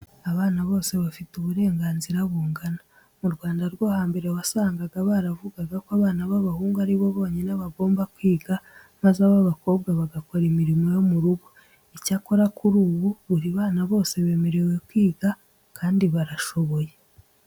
Abana bose bafite uburenganzira bungana. Mu Rwanda rwo hambere wasangaga baravugaga ko abana b'abahungu ari bo bonyine bagomba kwiga, maze ab'abakobwa bagakora imirimo yo mu rugo. Icyakora kuri ubu buri bana bose bemerewe kwiga kandi barashoboye.